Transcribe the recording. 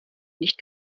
nicht